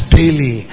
daily